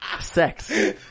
Sex